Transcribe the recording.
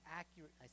accurate